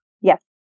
Yes